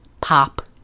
pop